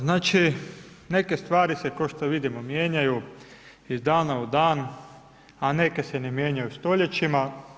Znači, neke stvari se kao što vidimo, mijenjaju iz dana u dan, a neke se ne mijenjaju stoljećima.